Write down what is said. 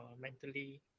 mentally